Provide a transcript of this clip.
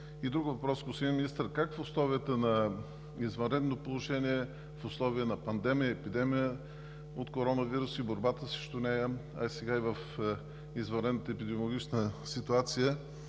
Другият въпрос, господин Министър: как в условията на извънредно положение, в условия на пандемия, епидемия от коронавирус и борбата срещу нея, а сега и извънредната епидемиологична ситуация,